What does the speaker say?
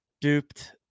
duped